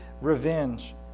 revenge